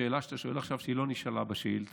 השאלה שאתה שואל עכשיו לא נשאלה בשאילתה.